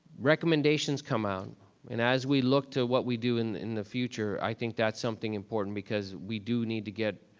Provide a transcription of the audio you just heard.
recommendations come out and as we look to what we do in the future, i think that's something important because we do need to get,